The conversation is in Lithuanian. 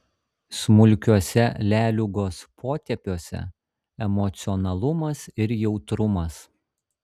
smulkiuose leliugos potėpiuose emocionalumas ir jautrumas